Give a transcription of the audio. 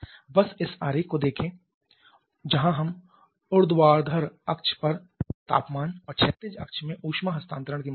बस इस आरेख को देखें जहां हम ऊर्ध्वाधर अक्ष पर तापमान और क्षैतिज अक्ष में ऊष्मा हस्तांतरण की मात्रा हैं